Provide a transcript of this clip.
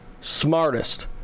smartest